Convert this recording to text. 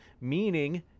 Meaning